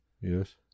Yes